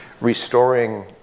restoring